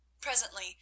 Presently